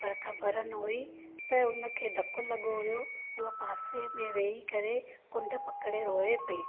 पर ख़बर न हुई त हुनखे धकु लॻो हुओ उहा पासे में वेही करे कुंड पकड़े रोए पई